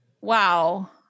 wow